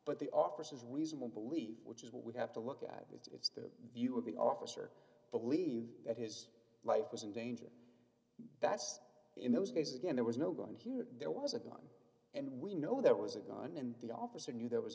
but the officers reasonable believe which is what we have to look at it's the view of the officer believed that his life was in danger that's in those cases again there was no going here there was a gun and we know there was a gun and the officer knew there was